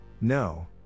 no